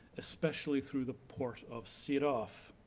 especially through the port of siraf.